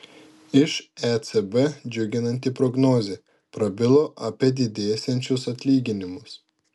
iš ecb džiuginanti prognozė prabilo apie didėsiančius atlyginimus